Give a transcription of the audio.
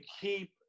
keep